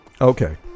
Okay